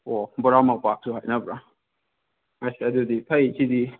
ꯑꯣ ꯕꯣꯔꯥ ꯃꯄꯥꯛꯁꯨ ꯍꯥꯏꯅꯕ꯭ꯔꯥ ꯍꯩꯁ ꯑꯗꯨꯗꯤ ꯐꯩ ꯁꯤꯗꯤ